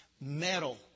metal